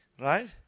Right